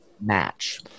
match